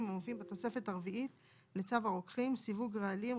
המופיעים בתוספת הרביעית לצו הרוקחים (סיווג רעלים,